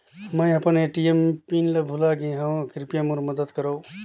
मैं अपन ATM pin ल भुला गे हवों, कृपया मोर मदद करव